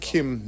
Kim